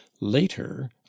later